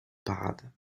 parade